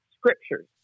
scriptures